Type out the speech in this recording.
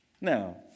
Now